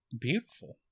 beautiful